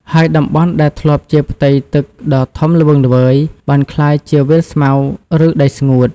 ហើយតំបន់ដែលធ្លាប់ជាផ្ទៃទឹកដ៏ធំល្វឹងល្វើយ បានក្លាយជាវាលស្មៅ ឬដីស្ងួត។